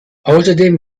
außerdem